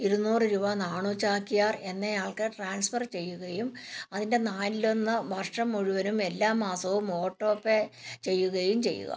ഇരുനൂറ് രൂപ നാണു ചാക്യാർ എന്നയാൾക്ക് ട്രാൻസ്ഫർ ചെയ്യുകയും അതിൻ്റെ നാലിലൊന്ന് വർഷം മുഴുവനും എല്ലാ മാസവും ഓട്ടോ പേ ചെയ്യുകയും ചെയ്യുക